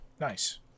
Nice